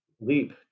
leap